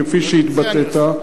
כפי שהתבטאת,